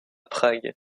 prague